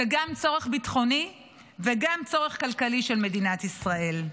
גם צורך ביטחוני וגם צורך כלכלי של מדינת ישראל.